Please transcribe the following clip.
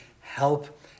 help